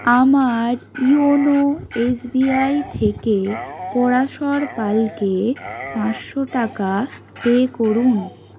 আমার YONO SBI থেকে পরাশর পালকে পাঁচশো টাকা পে করুন